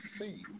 see